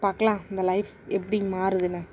பார்க்கலாம் இந்த லைஃப் எப்படி மாறுதுன்னு